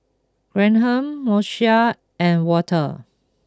Graham Moesha and Walter